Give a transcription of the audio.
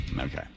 Okay